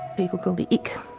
people called the ick,